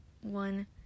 one